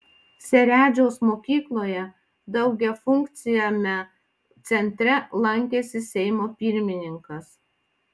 seredžiaus mokykloje daugiafunkciame centre lankėsi seimo pirmininkas